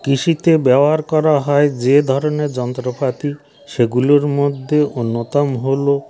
কৃষিতে ব্যবহার করা হয় যে ধরনের যন্ত্রপাতি সেগুলোর মধ্যে অন্যতম হল